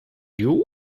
you